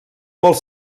molt